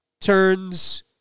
turns